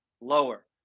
lower